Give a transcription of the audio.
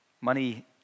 money